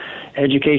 education